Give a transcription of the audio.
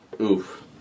oof